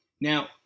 Now